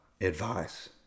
advice